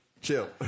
Chill